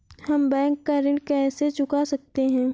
हम बैंक का ऋण कैसे चुका सकते हैं?